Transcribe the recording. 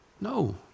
no